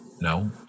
no